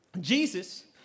Jesus